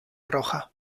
roja